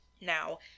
Now